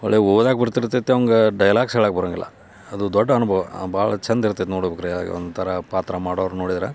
ಅವ್ರಿಗೆ ಓದಕ್ಕೆ ಬರ್ತಿತೈತಿ ಅವಂಗೆ ಡೈಲಾಗ್ಸ್ ಹೇಳಕ್ಕೆ ಬರಂಗಿಲ್ಲ ಅದು ದೊಡ್ಡ ಅನುಭವ ಭಾಳ ಚಂದ ಇರ್ತೈತೆ ನೋಡಿ ಬೇಕಾದ್ರೆ ಯಾ ಒಂಥರ ಪಾತ್ರ ಮಾಡೋವ್ರು ನೋಡಿದ್ರೆ